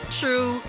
true